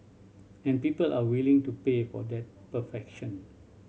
and people are willing to pay for that perfection